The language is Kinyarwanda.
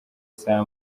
saa